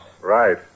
Right